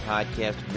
Podcast